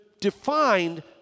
defined